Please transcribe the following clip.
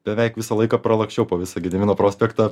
beveik visą laiką pralaksčiau po visą gedimino prospektą